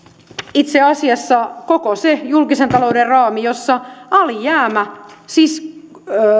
itse asiassa koko se julkisen talouden raami jossa alijäämä siis